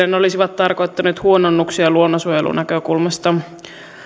ne olisivat tarkoittaneet huononnuksia luonnonsuojelunäkökulmasta